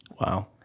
Wow